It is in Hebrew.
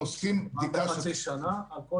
או שמוציאים מכתב עיתי פעם בחצי שנה על כל